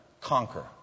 conquer